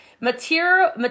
material